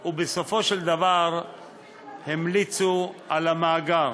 בסופו של דבר המליצו על המאגר.